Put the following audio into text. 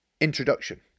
introduction